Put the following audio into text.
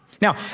Now